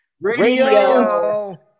Radio